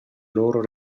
loro